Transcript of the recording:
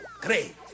great